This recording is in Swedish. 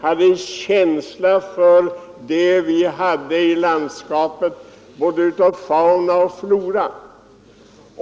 Han hade känsla för det vi hade i landskapet, av både fauna och flora.